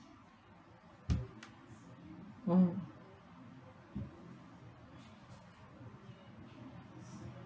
mm